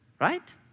right